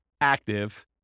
active